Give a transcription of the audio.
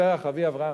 תרח אבי אברהם"